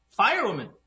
Firewoman